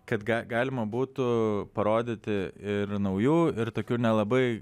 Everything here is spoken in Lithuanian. kad ga galima būtų parodyti ir naujų ir tokių nelabai